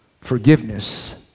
forgiveness